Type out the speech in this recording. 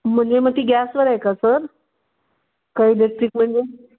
म्हणजे मग ती गॅसवर आहे का सर का इलेक्ट्रिक म्हणजे